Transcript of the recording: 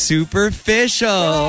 Superficial